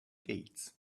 gates